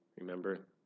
Remember